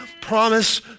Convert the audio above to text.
promise